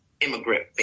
immigrant